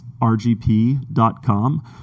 rgp.com